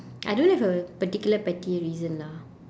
I don't have a particular petty reason lah